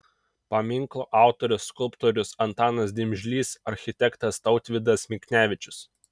paminklo autorius skulptorius antanas dimžlys architektas tautvydas miknevičius